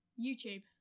YouTube